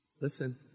Listen